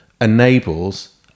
enables